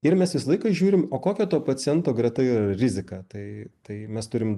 ir mes visą laiką žiūrim o kokia to paciento greta yra rizika tai tai mes turim